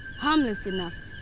harmless enough,